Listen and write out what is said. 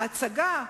ההצגה,